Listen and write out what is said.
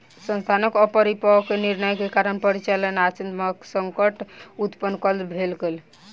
संस्थानक अपरिपक्व निर्णय के कारण परिचालनात्मक संकट उत्पन्न भ गेल